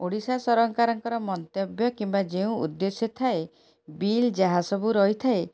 ଓଡ଼ିଶା ସରକାରଙ୍କର ମନ୍ତବ୍ୟ କିମ୍ବା ଯେଉଁ ଉଦ୍ଦେଶ୍ୟ ଥାଏ ବିଲ୍ ଯାହା ସବୁ ରହିଥାଏ